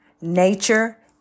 nature